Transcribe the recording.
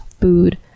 food